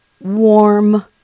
warm